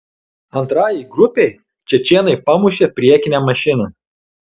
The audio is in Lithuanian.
antrajai grupei čečėnai pamušė priekinę mašiną